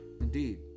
Indeed